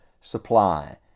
supply